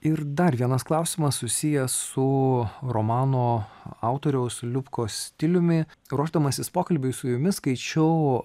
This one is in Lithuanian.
ir dar vienas klausimas susijęs su romano autoriaus liubkos stiliumi ruošdamasis pokalbiui su jumis skaičiau